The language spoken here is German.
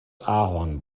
ahorn